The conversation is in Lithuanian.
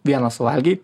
vieną suvalgei